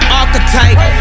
archetype